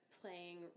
playing